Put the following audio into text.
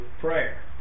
prayer